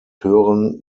hören